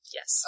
Yes